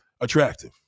attractive